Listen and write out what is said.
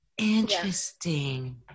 interesting